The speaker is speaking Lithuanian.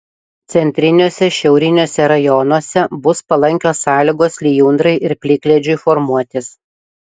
centriniuose šiauriniuose rajonuose bus palankios sąlygos lijundrai ir plikledžiui formuotis